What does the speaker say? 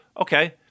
okay